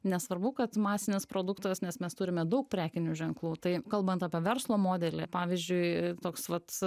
nesvarbu kad masinis produktas nes mes turime daug prekinių ženklų tai kalbant apie verslo modelį pavyzdžiui toks vat